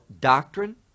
doctrine